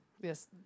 Yes